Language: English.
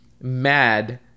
mad